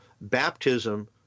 baptism